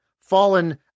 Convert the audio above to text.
fallen